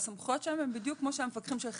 והסמכויות שלנו הן בדיוק כמו של המפקחים של חזי.